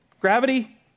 Gravity